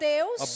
Deus